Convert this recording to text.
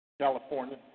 California